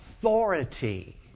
authority